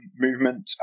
movement